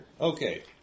Okay